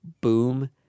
Boom